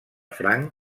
franc